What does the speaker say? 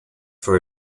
for